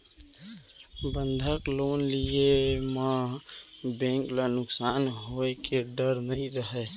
बंधक लोन दिये म बेंक ल नुकसान होए के डर नई रहय